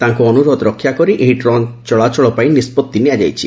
ତାଙ୍କ ଅନୁରୋଧ ରକ୍ଷା କରି ଏହି ଟ୍ରେନ୍ ଚଳାଇବାପାଇଁ ନିଷ୍ବତ୍ତି ନିଆଯାଇଛି